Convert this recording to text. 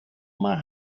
maar